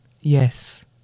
Yes